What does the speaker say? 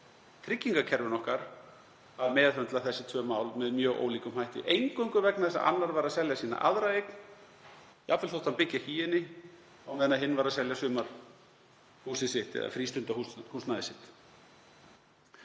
tryggingakerfin okkar að meðhöndla þessi tvö mál með mjög ólíkum hætti, eingöngu vegna þess að annar var að selja sína aðra eign, jafnvel þó að hann byggi ekki í henni, á meðan hinn var að selja sumarhúsið sitt eða frístundahúsnæðið sitt.